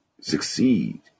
succeed